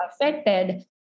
affected